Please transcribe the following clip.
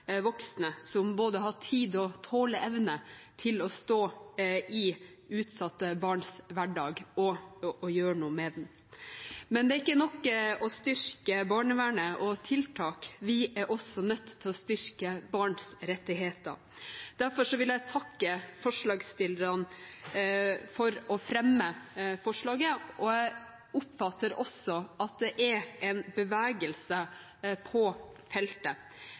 voksne som både har tid og tåleevne til å stå i utsatte barns hverdag og gjøre noe med den. Men det er ikke nok å styrke barnevernet og tiltak; vi er også nødt til å styrke barns rettigheter. Derfor vil jeg takke forslagsstillerne for å fremme forslaget, og jeg oppfatter også at det er en bevegelse på feltet.